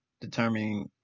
determining